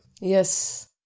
Yes